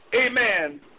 Amen